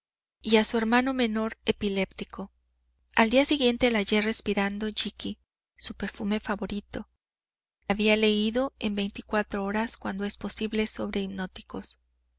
y a su hermano menor epiléptico al día siguiente la hallé respirando jicky su perfume favorito había leído en veinticuatro horas cuanto es posible sobre hipnóticos